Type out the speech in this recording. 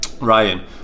Ryan